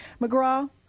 mcgraw